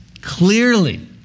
clearly